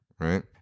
Right